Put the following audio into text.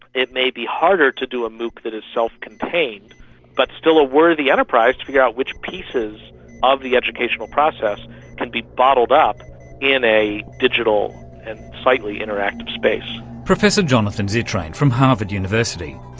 it may be harder to do a mooc that is self-contained but still a worthy enterprise to figure out which pieces of the educational process can be bottled up in a digital and slightly interactive space. professor jonathan zittrain from harvard university.